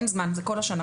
אין זמן, זה כל השנה.